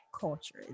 culture